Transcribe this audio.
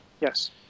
Yes